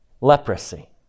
leprosy